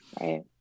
Right